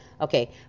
okay